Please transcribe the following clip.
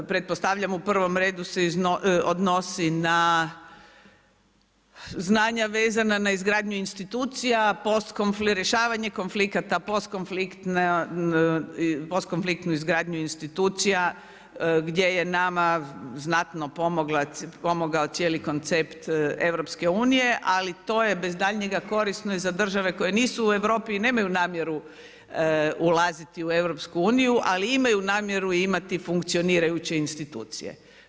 Pretpostavljam u prvom redu se odnosi na znanja vezana na izgradnju institucija, post … rješavanje konflikata, post konfliktnu izgradnju institucija, gdje je nama znatno pomogao cijeli koncept EU, ali to je bez daljnje korisno i za države koje nisu u Europi i nemaju namjeru ulaziti u EU, ali imaju namjeru imati funkcionirajuće institucije.